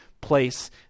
place